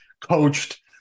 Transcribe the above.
coached